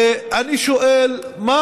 ואני שואל: על